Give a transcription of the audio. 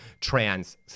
trans